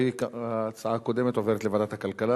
והיא עוברת לוועדת הכלכלה.